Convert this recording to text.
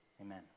Amen